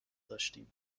داشتیم